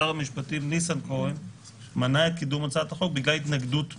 שר המשפטים ניסנקורן מנע את קידום הצעת החוק בגלל התנגדות שלכם.